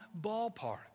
ballpark